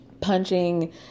punching